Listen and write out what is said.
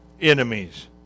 enemies